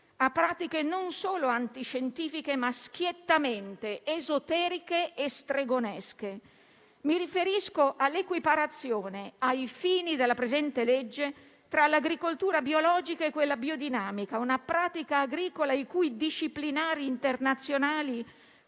a pratiche non solo antiscientifiche, ma schiettamente esoteriche e stregonesche. Mi riferisco all'equiparazione, ai fini del presente provvedimento, tra l'agricoltura biologica e quella biodinamica, una pratica agricola i cui disciplinari internazionali